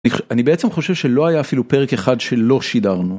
אני בעצם חושב שלא היה אפילו פרק אחד שלא שידרנו.